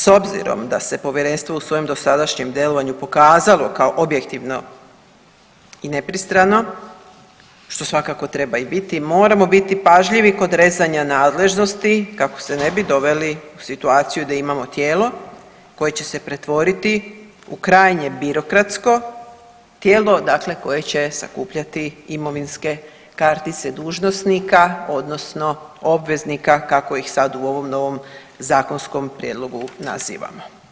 S obzirom da se povjerenstvo u svojem dosadašnjem delovanju pokazalo kao objektivno i nepristrano, što svakako treba i biti i moramo biti pažljivi kod rezanja nadležnosti kako se ne bi doveli u situaciju da imamo tijelo koje će se pretvoriti u krajnje birokratsko tijelo, dakle koje će sakupljati imovinske kartice dužnosnika odnosno obveznika kako ih sad u ovom novom zakonskom prijedlogu nazivamo.